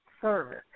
service